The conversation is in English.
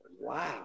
wow